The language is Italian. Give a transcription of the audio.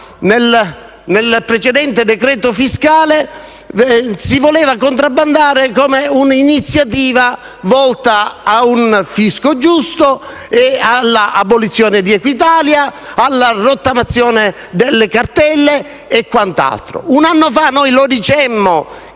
nel precedente decreto fiscale, si voleva contrabbandare questa come un'iniziativa volta ad un fisco giusto, all'abolizione di Equitalia, alla rottamazione delle cartelle e quant'altro. Un anno fa noi lo dicemmo